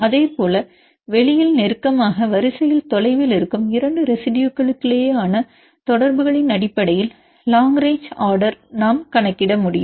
அதேபோல் வெளியில் நெருக்கமாக வரிசையில் தொலைவில் இருக்கும் 2 ரெசிடுயுகளுக்கிடையேயான தொடர்புகளின் அடிப்படையில் லாங் ரேங்ச் ஆர்டர் நாம் கணக்கிட முடியும்